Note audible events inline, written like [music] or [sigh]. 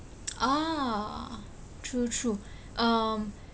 [noise] oh true true [breath] um [breath]